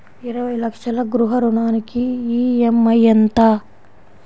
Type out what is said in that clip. ఇరవై లక్షల గృహ రుణానికి ఈ.ఎం.ఐ ఎంత?